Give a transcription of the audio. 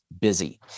busy